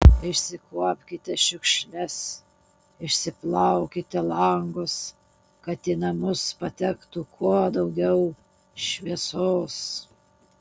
išsikuopkite šiukšles išsiplaukite langus kad į namus patektų kuo daugiau šviesos